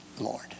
Lord